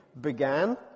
began